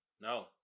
No